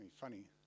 funny